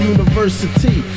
University